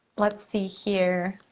let's see here.